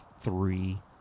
three